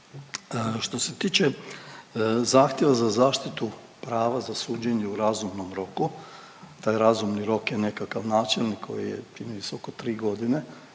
Što se tiče zahtjeva za zaštitu prava za suđenje u razumnom roku, taj razumni rok je nekakav načelni koji je primjerice oko 3 godine.